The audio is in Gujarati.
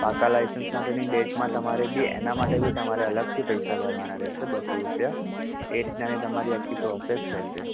પાક્કા લાઇસન્સ માટેની ડેટમાં તમારે બી એના માટે બી તમારે અલગથી પૈસા ભરવાના રહેશે બસો રૂપિયા એ રીતની તમારી આખી પ્રોસેસ રહેશે